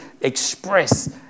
express